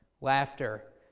laughter